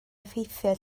effeithiau